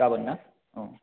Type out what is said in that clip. गाबोन ना औ